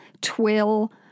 twill